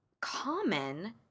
common